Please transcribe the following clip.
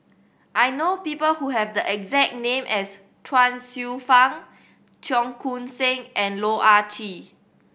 I know people who have the exact name as Chuang Hsueh Fang Cheong Koon Seng and Loh Ah Chee